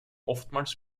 oftmals